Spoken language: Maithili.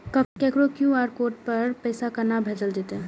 ककरो क्यू.आर कोड पर पैसा कोना भेजल जेतै?